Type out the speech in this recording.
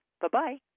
bye-bye